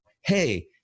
hey